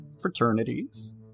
fraternities